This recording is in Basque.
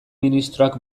ministroak